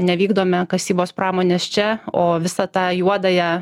nevykdome kasybos pramonės čia o visą tą juodąją